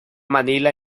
manila